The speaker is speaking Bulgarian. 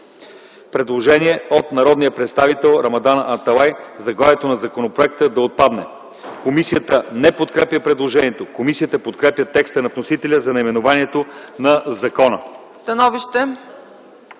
Предложение от народния представител Рамадан Аталай, заглавието на законопроекта да отпадне. Комисията не подкрепя предложението. Комисията подкрепя текста на вносителя за наименованието на закона.